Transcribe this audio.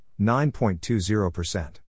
9.20%